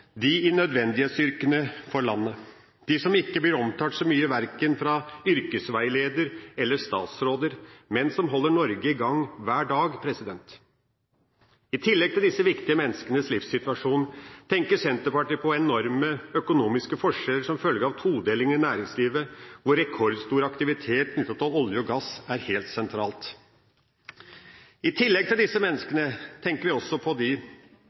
i nødvendighetsyrkene for landet, som ikke blir omtalt så mye, verken av yrkesveiledere eller statsråder, men som holder Norge i gang hver dag. I tillegg til disse viktige menneskenes livssituasjon, tenker Senterpartiet på de enorme økonomiske forskjeller som følger av todelingen i næringslivet, hvor rekordstor aktivitet knyttet til olje og gass er helt sentralt. I tillegg tenker vi også på de